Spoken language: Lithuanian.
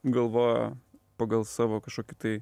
galvojo pagal savo kažkokį tai